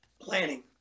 planning